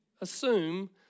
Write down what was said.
assume